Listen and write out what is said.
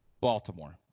Baltimore